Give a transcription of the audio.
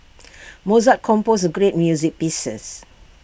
Mozart composed great music pieces